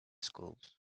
schools